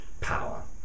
power